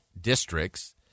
districts